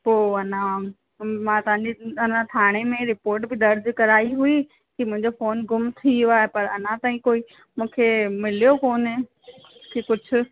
पोइ अञा मां तव्हांजे अञा थाणे में रिपोट बि दर्ज कराई हुई की मुंहिंजो फ़ोन गुम थी वियो आहे पर अञा ताईं कोई मूंखे मिलियो कोने की कुझु